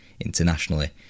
internationally